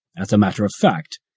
as a matter of fact,